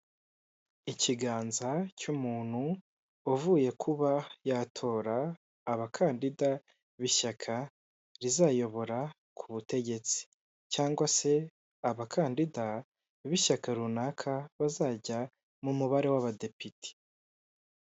Ikiganza cy'umuntu uvuye kuba yatora abakandida b'ishyaka rizayobora ku butegetsi cyangwa se abakandida b'ishyaka runaka bazajya mu mubare w'abadepite.